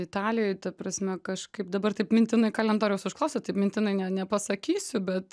italijoj ta prasme kažkaip dabar taip mintinai kalendoriaus užklausėt taip mintinai ne nepasakysiu bet